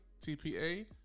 T-P-A